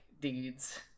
deeds